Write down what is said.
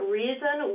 reason